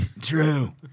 true